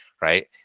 right